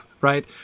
Right